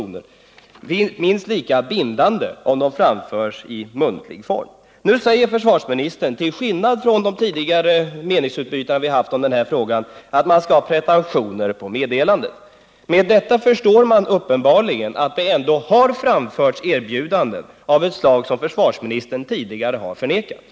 Till skillnad från vad som varit fallet vid de tidigare meningsutbyten vi haft i frågan säger nu försvarsministern att man skall ha pretentioner på sättet att meddela ett sådant erbjudande. Av detta förstår jag att det uppenbarligen ändå har framförts erbjudanden av ett slag som försvarsministern tidigare har förnekat.